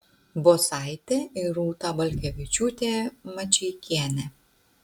bosaitė ir rūta balkevičiūtė mačeikienė